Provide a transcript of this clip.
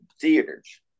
theaters